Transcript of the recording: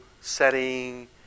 setting